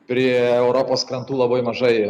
prie europos krantų labai mažai